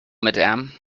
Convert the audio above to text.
madam